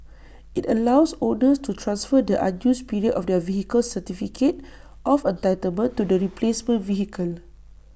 IT allows owners to transfer the unused period of their vehicle's certificate of entitlement to the replacement vehicle